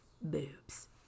Boobs